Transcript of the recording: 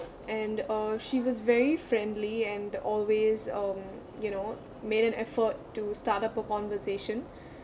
and uh she was very friendly and always um you know made an effort to start up a conversation